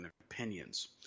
opinions